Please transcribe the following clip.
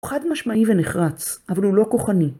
חד משמעי ונחרץ, אבל הוא לא כוחני.